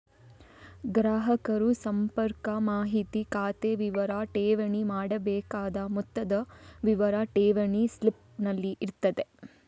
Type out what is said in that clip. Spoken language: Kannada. ಗ್ರಾಹಕರ ಸಂಪರ್ಕ ಮಾಹಿತಿ, ಖಾತೆ ವಿವರ, ಠೇವಣಿ ಮಾಡಬೇಕಾದ ಮೊತ್ತದ ವಿವರ ಠೇವಣಿ ಸ್ಲಿಪ್ ನಲ್ಲಿ ಇರ್ತದೆ